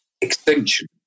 extinction